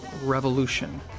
revolution